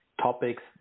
topics